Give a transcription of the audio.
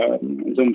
Zoom